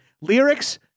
lyrics